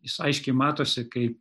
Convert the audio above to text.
jis aiškiai matosi kai